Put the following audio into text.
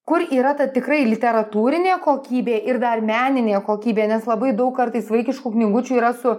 kur yra ta tikrai literatūrinė kokybė ir dar meninė kokybė nes labai daug kartais vaikiškų knygučių yra su